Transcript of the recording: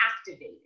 activated